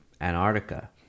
Antarctica